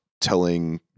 telling